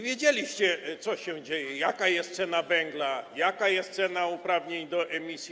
Wiedzieliście, co się dzieje, jaka jest cena węgla, jaka jest cena uprawnień do emisji.